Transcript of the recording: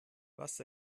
was